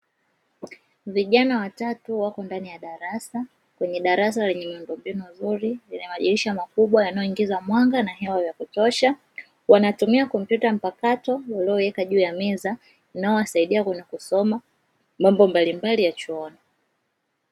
Vijana watatu wako ndani ya darasa, kwenye darasa lenye miundombinu mizuri lenye madirisha makubwa yanayoingiza mwanga na hewa ya kutosha. Wanatumia kompyuta mpakato waliyoweka juu ya meza, inayowasaidia kwenye kusoma mambo mbalimbali ya chuoni.